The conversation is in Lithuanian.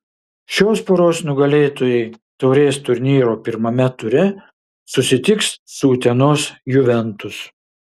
šios poros nugalėtojai taurės turnyro pirmame ture susitiks su utenos juventus